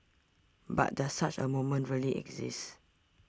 but does such a moment really exist